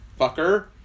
fucker